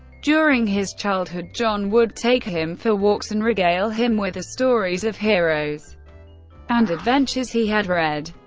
during his childhood, john would take him for walks and regale him with the stories of heroes and adventures he had read.